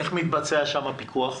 איך מתבצע שם הפיקוח?